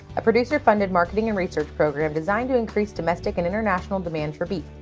a producer funded marketing and research program designed to increase domestic and international demand for beef.